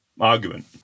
argument